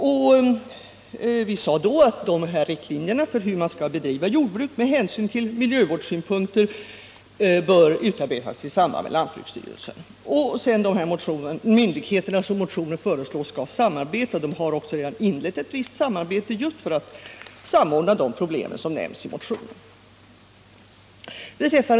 Vi framhöll då att dessa riktlinjer för hur man skall bedriva jordbruk med hänsyn till miljövårdssynpunkter bör utarbetas i samråd med lantbruksstyrelsen. De myndigheter som motionen föreslår skall samarbeta har också redan inlett ett visst samarbete just för att samordna de problem som nämns i motionen.